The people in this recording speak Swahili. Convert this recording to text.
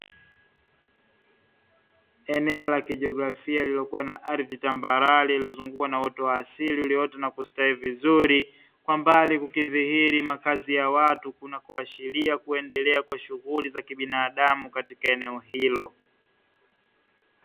Eneo la kijografia lililokuwa na ardhi tambarare lililozungukwa na uoto wa asili, ulioota na kustawi vizuri kwa mbali ukidhihiri makazi ya watu kunakoashiria kuendelea kwa shughuli za kibinadamu katika eneo hilo.